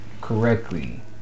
correctly